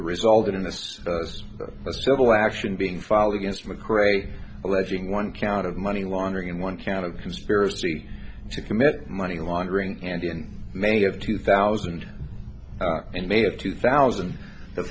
was a civil action being filed against mcrae alleging one count of money laundering and one count of conspiracy to commit money laundering and in may of two thousand and may of two thousand the